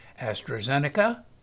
AstraZeneca